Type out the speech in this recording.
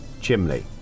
chimney